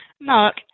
Mark